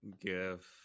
give